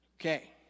Okay